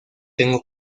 tengo